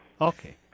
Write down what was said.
Okay